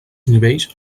nivells